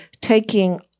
taking